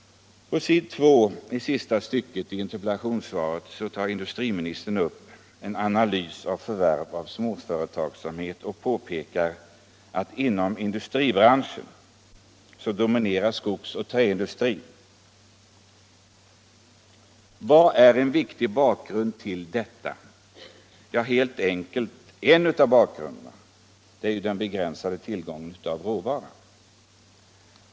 I ett avsnitt av interpellationssvaret gör industriministern en analys av förvärven av småföretag och påpekar att skogsoch träindustribolag dominerar bland de industriföretag som sålts. En viktig del av bakgrunden till detta är den begränsade tillgången till råvara.